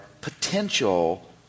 potential